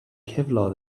kevlar